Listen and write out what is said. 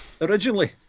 Originally